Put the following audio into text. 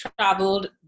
traveled